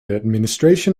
administration